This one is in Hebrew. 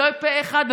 פה אחד,